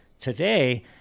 Today